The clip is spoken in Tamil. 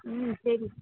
ம்ம் சரி